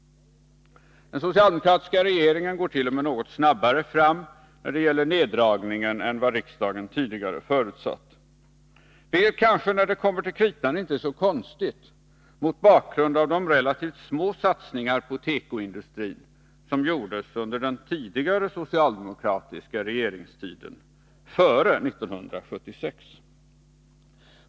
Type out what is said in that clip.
Den socialdemokratiska regeringen går t.o.m. något snabbare fram när det gäller neddragningen än vad riksdagen tidigare förutsatt — vilket kanske när det kommer till kritan inte är så konstigt, mot bakgrund av de relativt små satsningar på tekoindustrin som gjordes under den tidigare socialdemokratiska regeringstiden, före 1976.